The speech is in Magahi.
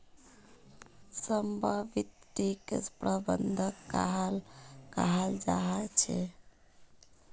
समन्वित किट प्रबंधन कहाक कहाल जाहा झे?